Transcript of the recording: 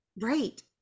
Right